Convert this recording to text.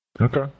Okay